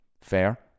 Fair